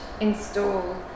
install